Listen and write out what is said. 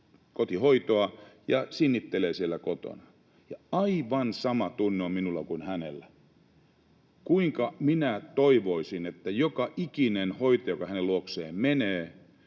kotihoitoa ja sinnittelee siellä kotona, ja aivan sama tunne on minulla kuin hänellä: kuinka minä toivoisin, että joka ikinen hoitaja, joka hänen luokseen menee,